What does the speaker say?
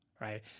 Right